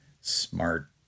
smart